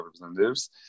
representatives